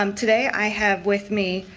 um today. i have with me.